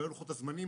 לגבי לוחות הזמנים,